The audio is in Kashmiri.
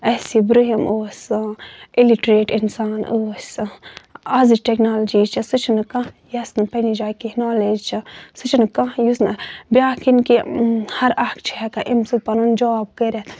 اَسہِ برونٛہُم اوس اِلِٹریٹ اِنسان ٲسۍ آزٕچ ٹیٚکنالجی چھِ سُہ چھُنہٕ کانٛہہ یَس نہٕ پَنٕنہِ جایہِ کیٚنہہ نالیج چھِ سُہ چھُنہٕ کانٛہہ یُس نہٕ بیاکھ ییٚنہِ کہِ ہر اکھ چھُ ہیٚکان اَمہِ سۭتۍ پَنُن جاب کٔرِتھ